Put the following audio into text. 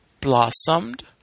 blossomed